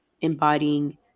embodying